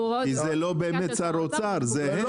כי זה לא באמת שר האוצר, זה הם.